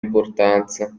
importanza